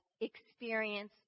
experience